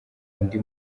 undi